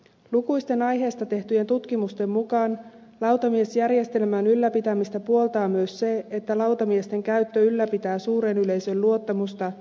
lukuisten aiheesta tehtyjen tutkimusten mukaan lautamiesjärjestelmän ylläpitämistä puoltaa myös se että lautamiesten käyttö ylläpitää suuren yleisön luottamusta tuomioistuinlaitosta kohtaan